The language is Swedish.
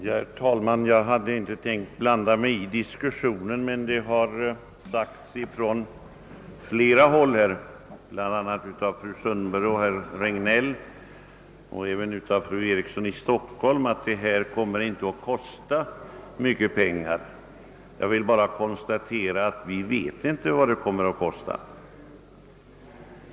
Herr talman! Jag hade inte tänkt blanda mig i diskussionen, men det har sagts från flera håll, bl.a. av fru Sund berg, herr Regnéll och även av fru Eriksson i Stockholm, att borttagande av denna behovsprövning inte kommer att kosta mycket pengar. Jag vill bara konstatera att vi inte vet vad det kommer att kosta.